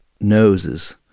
noses